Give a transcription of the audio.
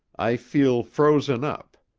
i feel frozen up.